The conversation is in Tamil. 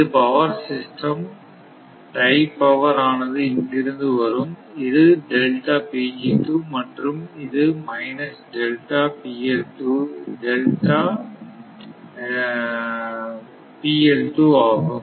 இது பவர் சிஸ்டம் டை பவர் ஆனது இங்கிருந்து வரும் இது மற்றும் இது மைனஸ் டெல்டா ஆகும்